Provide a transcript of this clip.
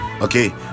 okay